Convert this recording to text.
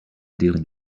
dealing